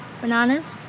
Bananas